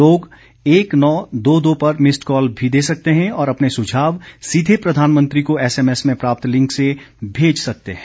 लोग एक नौ दो दो पर मिस्ड कॉल भी दे सकते हैं और अपने सुझाव सीधे प्रधानमंत्री को एसएमएस में प्राप्त लिंक से भेज सकते हैं